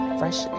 fresh